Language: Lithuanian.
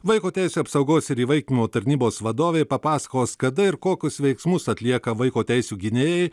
vaiko teisių apsaugos ir įvaikinimo tarnybos vadovė papasakos kada ir kokius veiksmus atlieka vaiko teisių gynėjai